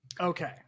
Okay